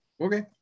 Okay